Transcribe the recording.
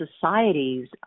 societies